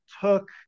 took